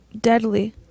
deadly